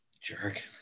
jerk